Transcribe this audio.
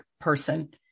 person